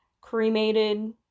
cremated